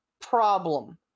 problem